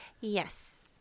Yes